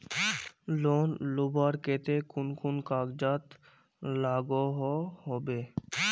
Loan लुबार केते कुन कुन कागज लागोहो होबे?